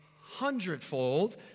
hundredfold